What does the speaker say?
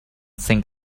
sink